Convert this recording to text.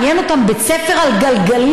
מעניין אותם בית ספר על גלגלים,